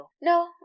no